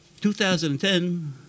2010